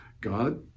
God